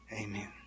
Amen